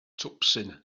twpsyn